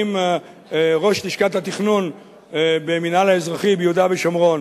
עם ראש לשכת התכנון במינהל האזרחי ביהודה ושומרון,